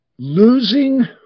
Losing